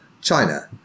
China